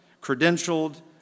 credentialed